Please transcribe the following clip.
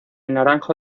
naranjo